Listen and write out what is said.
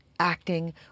Acting